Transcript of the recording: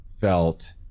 felt